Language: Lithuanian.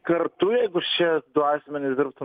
kartu jeigu šie du asmenys dirbtų